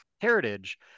heritage